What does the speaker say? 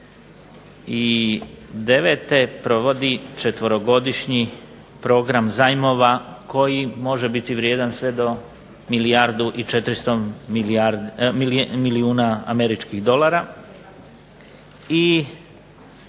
od 2009. provodi četverogodišnji program zajmova koji može biti vrijedan sve do milijardu 400 milijuna američkih dolara.